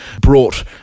brought